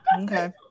Okay